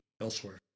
elsewhere